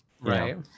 Right